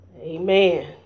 Amen